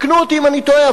תקנו אותי אם אני טועה,